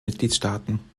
mitgliedstaaten